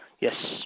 Yes